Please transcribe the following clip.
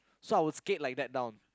so I would skate like that down